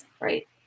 Right